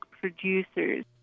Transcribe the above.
producers